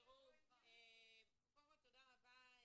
תודה רבה.